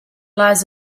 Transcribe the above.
lives